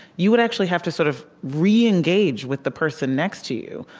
you would actually have to sort of re-engage with the person next to you,